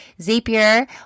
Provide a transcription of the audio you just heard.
Zapier